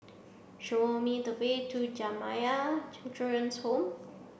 show me the way to Jamiyah Children's Home